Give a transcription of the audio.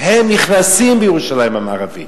הם נכנסים לירושלים המערבית.